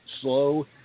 slow